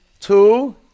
Two